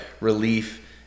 relief